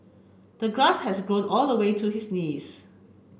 the grass has grown all the way to his knees